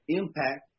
impact